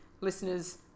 listeners